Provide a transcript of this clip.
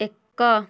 ଏକ